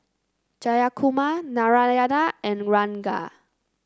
Jayakumar Narayana and Ranga